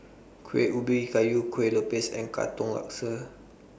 Kuih Ubi Kayu Kueh Lopes and Katong Laksa